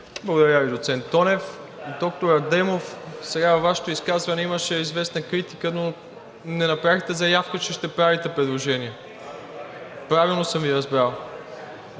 Благодаря Ви, доцент Тонев. Доктор Адемов, във Вашето изказване имаше известна критика, но не направихте заявка, че ще правите предложение. Правилно ли съм Ви разбрал?